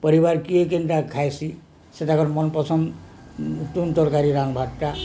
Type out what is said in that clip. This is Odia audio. ପରିବାର କିଏ କେନ୍ତା ଖାଏସି ସେଟାକର ମନ ପସନ୍ଦ ତୁନ ତରକାରୀ ରାନ୍ଧବାରଟା